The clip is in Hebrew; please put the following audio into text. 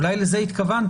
אולי לזה התכוונתם.